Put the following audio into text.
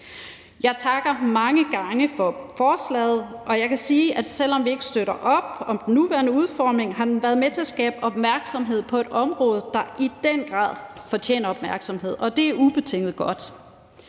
Jeg takker mange gange for forslaget, og jeg kan sige, at selv om vi ikke støtter op om den nuværende udformning af forslaget, har det været med til at skabe opmærksomhed på et område, der i den grad fortjener opmærksomhed, og det er ubetinget godt.